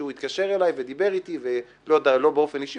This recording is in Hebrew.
שהוא התקשר אליי ודיבר איתי לא באופן אישי,